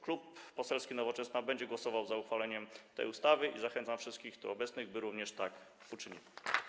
Klub Poselski Nowoczesna będzie głosował za uchwaleniem tej ustawy i zachęcam wszystkich tu obecnych, by również tak uczynili.